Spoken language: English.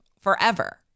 forever